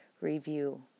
review